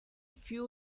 few